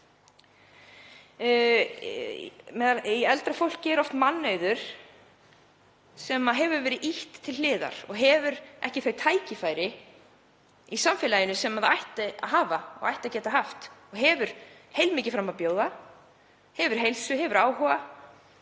Í eldra fólki er oft mannauður sem hefur verið ýtt til hliðar. Eldra fólk hefur ekki þau tækifæri í samfélaginu sem það ætti að hafa og ætti að geta haft. Það hefur heilmikið fram að bjóða, hefur heilsu og áhuga